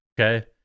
okay